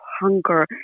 hunger